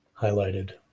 highlighted